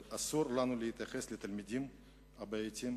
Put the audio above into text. אבל אסור לנו להתייחס לתלמידים הבעייתיים